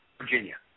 Virginia